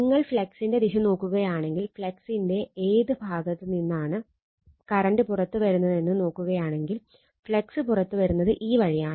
നിങ്ങൾ ഫ്ളക്സിന്റെ ദിശ നോക്കുകയാണെങ്കിൽ ഫ്ളക്സിന്റെ ഏത് ഭാഗത്ത് ഭാഗത്ത് നിന്നാണ് കറണ്ട് പുറത്ത് വരുന്നതെന്നും നോക്കുകയാണെങ്കിൽ ഫ്ളക്സ് പുറത്ത് വരുന്നത് ഈ വഴിയാണ്